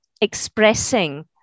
expressing